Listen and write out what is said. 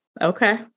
Okay